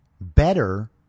better